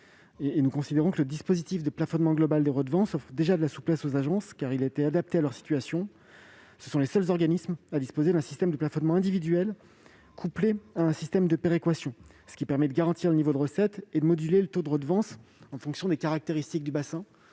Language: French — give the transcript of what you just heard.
Or nous considérons que le dispositif de plafonnement global des redevances offre déjà de la souplesse aux agences, car il est adapté à leur situation : ce sont les seuls organismes disposant d'un système de plafonnement individuel couplé à un système de péréquation, ce qui permet de garantir le niveau de recettes et de moduler le taux de redevance en fonction des caractéristiques du bassin.